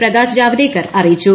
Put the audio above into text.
പ്രകാശ് ജാവദേക്കാർ അറിയിച്ചു